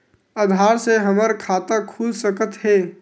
आधार से हमर खाता खुल सकत हे?